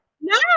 No